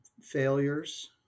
failures